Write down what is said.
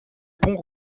pont